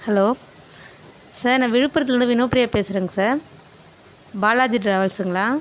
hello sir நான் விழுப்புரத்துலருந்து வினோபிரியா பேசுகிறேன்ங்க சார் பாலாஜி ட்ராவல்ஸுங்களா